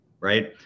right